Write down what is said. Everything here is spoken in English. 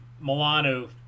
milano